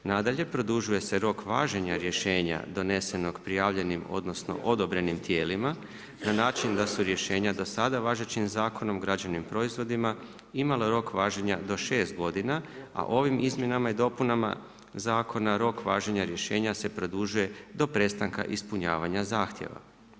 Nadalje, produžuje se rok važenja rješenja donesenog prijavljenim odnosno odobrenim tijelima na način da su rješenja do sada važećim zakonom, građevnim proizvodima imala rok važenja do 6 godina a ovim izmjenama i dopunama zakona rok važenja rješenja se produžuje do prestanka ispunjavanja zahtjeva.